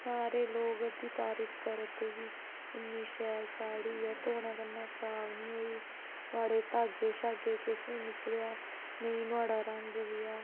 सारे लोक ओह्दी तारीफ करा दे कि इन्नी शैल साड़ी ऐ धोने कन्नै खराब नेईं होई नुहाड़े धागे छागे किश नी निकलेआ नेईं नोआढ़ा रंग गेआ